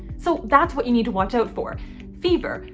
so that's what you need to watch out for fever,